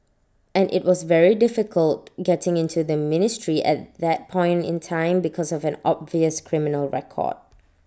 and IT was very difficult getting into the ministry at that point in time because of an obvious criminal record